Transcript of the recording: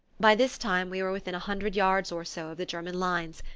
by this time we were within a hundred yards or so of the german lines,